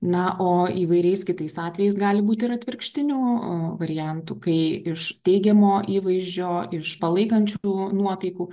na o įvairiais kitais atvejais gali būt ir atvirkštinių variantų kai iš teigiamo įvaizdžio iš palaikančių nuotaikų